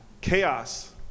chaos